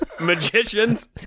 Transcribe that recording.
magicians